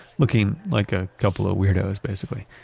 looking like a couple of weirdos, basically.